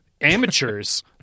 Amateurs